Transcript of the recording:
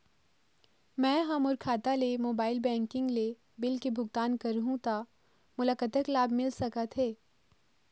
मैं हा मोर खाता ले मोबाइल बैंकिंग ले बिल के भुगतान करहूं ता मोला कतक लाभ मिल सका थे?